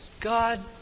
God